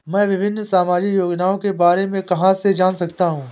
मैं विभिन्न सामाजिक योजनाओं के बारे में कहां से जान सकता हूं?